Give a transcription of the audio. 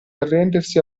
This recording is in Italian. arrendersi